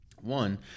One